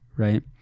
right